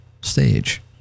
stage